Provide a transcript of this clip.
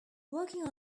working